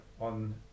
on